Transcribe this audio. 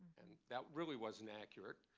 and that really wasn't accurate.